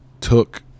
took